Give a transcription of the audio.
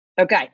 Okay